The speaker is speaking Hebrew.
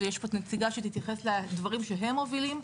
יש פה נציגה שתתייחס לדברים שהם מובילים.